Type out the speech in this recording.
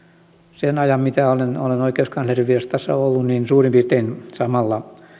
sen ajan mitä olen olen oikeuskanslerinvirastossa ollut suurin piirtein samalla